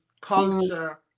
culture